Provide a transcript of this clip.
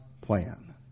plan